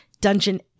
dungeon